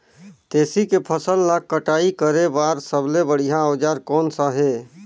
तेसी के फसल ला कटाई करे बार सबले बढ़िया औजार कोन सा हे?